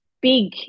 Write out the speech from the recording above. big